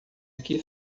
aqui